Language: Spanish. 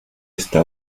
esta